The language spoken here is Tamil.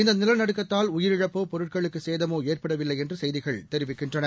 இந்தநிலநடுக்கத்தால் உயிரிழப்போ பொருட்களுக்குசேதமோஏற்படவில்லைஎன்றுசெய்திகள் தெரிவிக்கின்றன